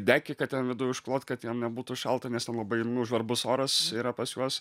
dekį kad ten viduj užklot kad jam nebūtų šalta nes ten labai nu žvarbus oras yra pas juos